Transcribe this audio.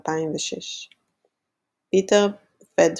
2006. פיטר פדפילד,